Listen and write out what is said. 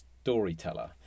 storyteller